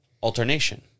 alternation